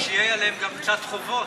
ושיהיו עליהן גם קצת חובות.